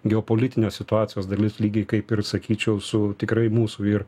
geopolitinės situacijos dalis lygiai kaip ir sakyčiau su tikrai mūsų ir